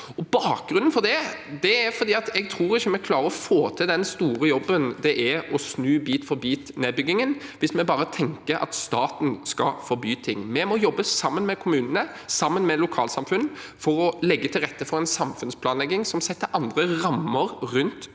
Bakgrunnen for det er at jeg ikke tror man klarer å få til den store jobben det er å snu bit-for-bitnedbyggingen hvis vi bare tenker at staten skal forby ting. Vi må jobbe sammen med kommunene og sammen med lokalsamfunn for å legge til rette for en sam funnsplanlegging som setter andre rammer rundt